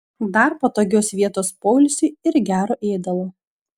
dar patogios vietos poilsiui ir gero ėdalo